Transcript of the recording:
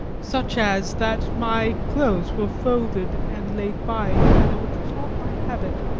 such as that my clothes were folded and laid by in a manner which was not my habit.